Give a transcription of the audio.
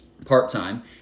part-time